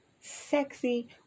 sexy